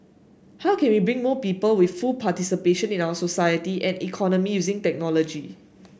how can we bring more people with full participation in our society and economy using technology